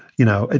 you know, ah